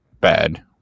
bad